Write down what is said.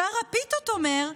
שר הפיתות אומר: